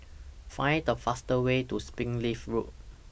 Find The fastest Way to Springleaf Road